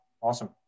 Awesome